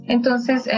Entonces